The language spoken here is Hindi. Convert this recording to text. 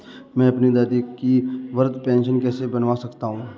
मैं अपनी दादी की वृद्ध पेंशन कैसे बनवा सकता हूँ?